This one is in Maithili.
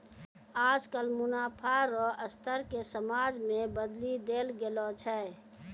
आजकल मुनाफा रो स्तर के समाज मे बदली देल गेलो छै